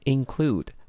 Include